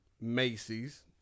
macy's